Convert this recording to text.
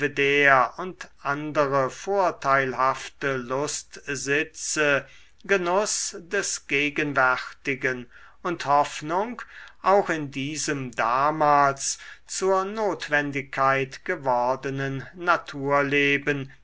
belvedere und andere vorteilhafte lustsitze genuß des gegenwärtigen und hoffnung auch in diesem damals zur notwendigkeit gewordenen